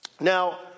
Now